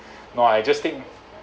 no I just think